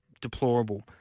deplorable